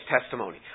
testimony